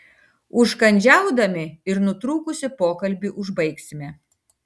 užkandžiaudami ir nutrūkusį pokalbį užbaigsime